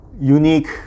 unique